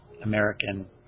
American